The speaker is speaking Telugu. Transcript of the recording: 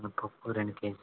మినపప్పు రెండు కేజీలు